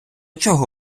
чого